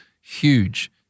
huge